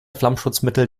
flammschutzmittel